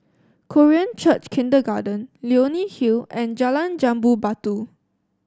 Korean Church Kindergarten Leonie Hill and Jalan Jambu Batu